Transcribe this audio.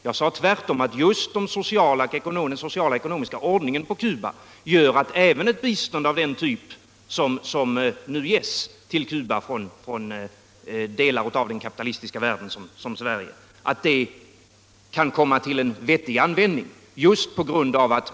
Jag sade tvärtom att just den sociala och ekonomiska ordningen på Cuba gör att även ett bistånd av den typ som nu ges till Cuba från delar av den kapitalistiska världen och däribland Sverige kan komma till vettig användning.